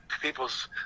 people's